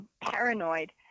paranoid